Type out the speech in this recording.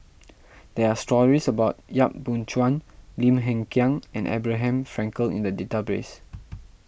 there are stories about Yap Boon Chuan Lim Hng Kiang and Abraham Frankel in the database